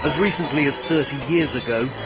recently as thirty years ago